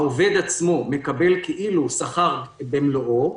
העובד עצמו מקבל כאילו שכר במלואו,